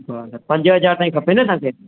हा त पंज हज़ार ताईं खपे न तव्हांखे